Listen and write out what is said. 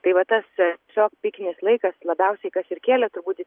tai va tas tiesiog pikinis laikas labiausiai kas ir kėlė turbūt